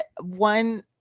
one